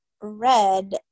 Red